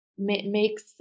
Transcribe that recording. Makes